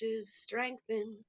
strengthen